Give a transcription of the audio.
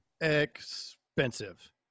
Expensive